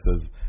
says